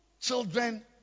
Children